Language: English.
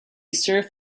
serve